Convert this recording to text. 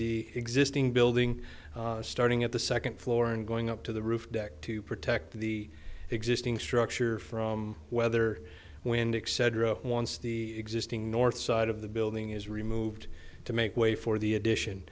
the existing building starting at the second floor and going up to the roof deck to protect the existing structure from weather when dick said wrote once the existing north side of the building is removed to make way for the addition